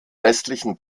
restlichen